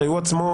הוא עצמו